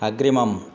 अग्रिमम्